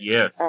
Yes